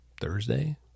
Thursday